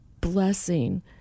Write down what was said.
blessing